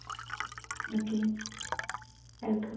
okay welcome